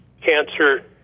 cancer